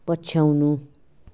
पछ्याउनु